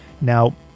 now